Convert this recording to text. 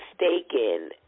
mistaken